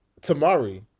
Tamari